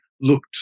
looked